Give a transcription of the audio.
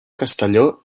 castelló